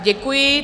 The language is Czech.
Děkuji.